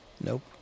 Nope